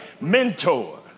Mentor